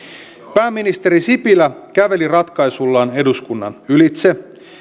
pääministeri sipilä käveli ratkaisuillaan eduskunnan ylitse